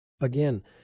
Again